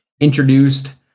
introduced